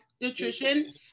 nutrition